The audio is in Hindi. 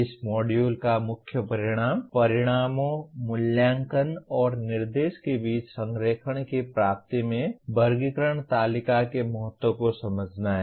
इस मॉड्यूल का मुख्य परिणाम परिणामों मूल्यांकन और निर्देश के बीच संरेखण की प्राप्ति में वर्गीकरण तालिका के महत्व को समझना है